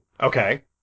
Okay